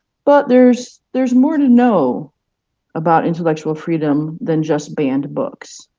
but there's there's more to know about intellectual freedom than just banned books.